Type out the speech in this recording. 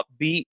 upbeat